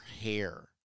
hair